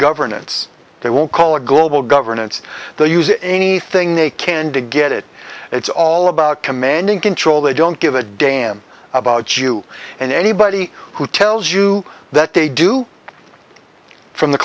governance they won't call it global governance they're using anything they can to get it it's all about commanding control they don't give a damn about you and anybody who tells you that they do from the